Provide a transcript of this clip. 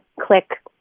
click